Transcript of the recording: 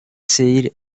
seguir